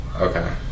Okay